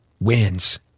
Wins